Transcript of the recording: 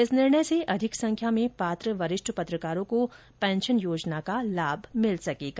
इस निर्णय से अधिक संख्या में पात्र वरिष्ठ पत्रकारों को पेंशन योजना का लाभ मिल सकेगा